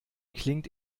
klingt